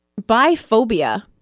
biphobia